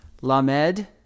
lamed